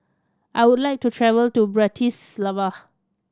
I would like to travel to Bratislava